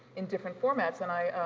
in different formats and i,